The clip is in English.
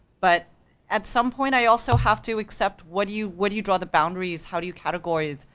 but at some point i also have to accept what do you, what do you draw the boundaries, how do you categorize,